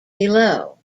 below